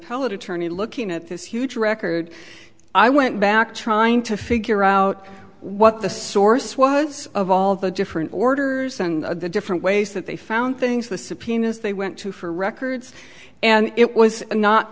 appellate attorney looking at this huge record i went back trying to figure out what the source was of all the different orders and the different ways that they found things the subpoenas they went to for records and it was not